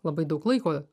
labai daug laiko